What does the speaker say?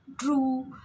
true